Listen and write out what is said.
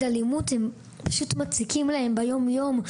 אלימות והם פשוט מציקים להם ביום יום,